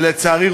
ולצערי,